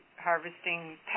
harvesting